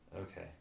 Okay